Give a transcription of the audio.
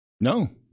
No